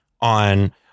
on